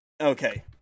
Okay